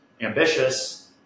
ambitious